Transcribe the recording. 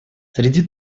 среди